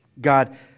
God